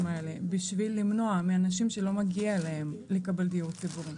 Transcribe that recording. האלה בשביל למנוע מאנשים שלא מגיע להם לקבל דיור ציבורי,